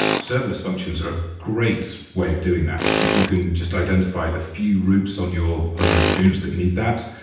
serverless functions are a great way of doing that. if you can just identify the few roots on your on your experience that need that,